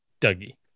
Dougie